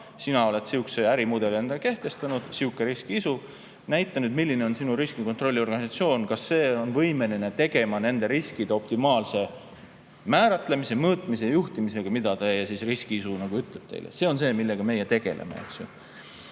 sina oled sihukese ärimudeli kehtestanud, sul on siuke riskiisu, näita nüüd, milline on sinu riskikontrolli organisatsioon. Kas see ikka on võimeline tegelema nende riskide optimaalse määratlemise, mõõtmise ja juhtimisega, mida teie riskiisu teile ütleb? See on see, millega meie tegeleme.